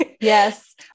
Yes